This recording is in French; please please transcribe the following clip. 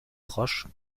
proche